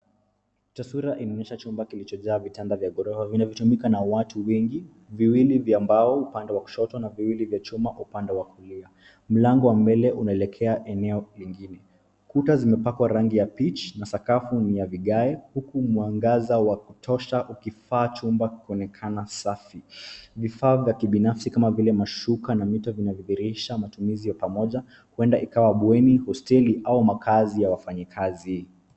Taswira inaonyesha chumba kilichojaa vitanda vya gorofa vinavyotumika na watu wengi ,viwili vya mbao upande wa kushoto na viwili vya chuma upande wa kulia. Mlango wa mbele unaelekea eneo lengine. Kuta zimepakwa rangi ya [pich]na sakafu ni ya viage huku mwangaza wa kutosha ukifaa chumba kuonekana safi. Vifaa vya kibinafsi kama vile mashuka na mito vimedhihirisha matumizi ya pamoja uenda ikawa ni bweni au makahazi ya wafanyikazi.